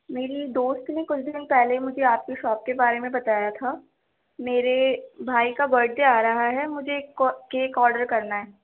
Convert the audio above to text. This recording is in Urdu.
میری دوست نے کچھ دن پہلے مجھے آپ کی شاپ کے بارے میں بتایا تھا میرے بھائی کا برتھ ڈے آ رہا ہے مجھے ایک کیک آرڈر کرنا ہے